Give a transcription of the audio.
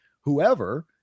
whoever